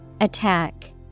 Attack